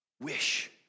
Wish